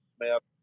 Smith